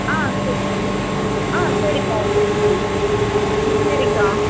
ஆ சரி சரி ஆ சரிக்கா சரி சரி சரிக்கா